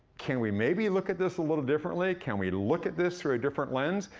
can we maybe look at this a little differently? can we look at this through a different lens?